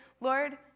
Lord